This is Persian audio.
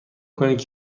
کنید